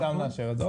(היו"ר רון כץ) שם נאשר את זה.